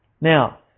Now